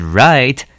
right